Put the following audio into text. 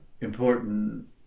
important